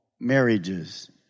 marriages